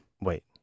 Wait